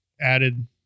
added